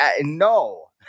no